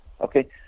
Okay